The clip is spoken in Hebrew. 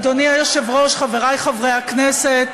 אדוני היושב-ראש, חברי חברי הכנסת,